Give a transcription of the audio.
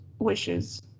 wishes